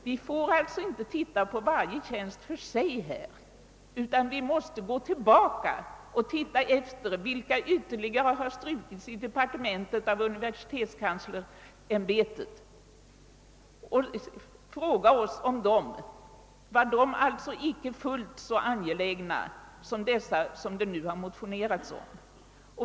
Vi får alltså inte se varje tjänst för sig, utan vi måste gå tillbaka och undersöka vilka ytterligare tjänster som har strukits av departementet och av universitetskanslersämbetet. Vi måste fråga oss om dessa icke var fullt så angelägna som de, om vilka det nu har motionerats.